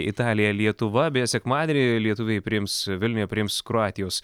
italija lietuva beje sekmadienį lietuviai priims vilniuje priims kroatijos